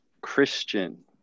Christian